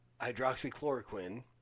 hydroxychloroquine